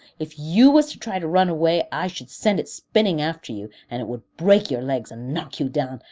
if you was to try to run away i should send it spinning after you, and it would break your legs and knock you down,